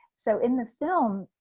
so in the film,